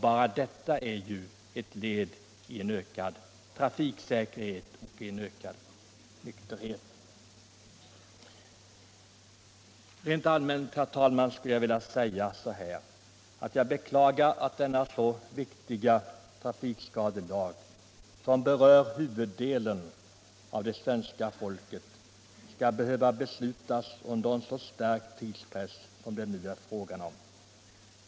Bara detta är ju ett led i en ökad trafiksäkerhet och en ökad nykterhet. Rent allmänt, herr talman, skulle jag vilja beklaga, att denna så viktiga trafikskadelag, som berör huvuddelen av det svenska folket, skall behöva beslutas under en så stark tidspress som det nu är fråga om.